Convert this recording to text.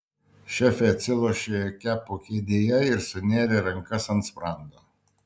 šefė atsilošė kepo kėdėje ir sunėrė rankas ant sprando